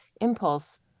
impulse